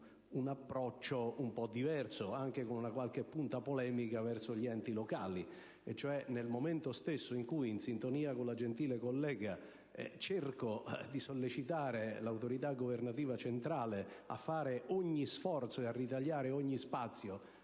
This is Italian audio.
un approccio un po' diverso, anche con qualche punta polemica verso gli enti locali. Infatti, nel momento stesso in cui, in sintonia con la gentile collega, sollecito l'autorità governativa centrale a fare ogni sforzo e a ritagliare ogni spazio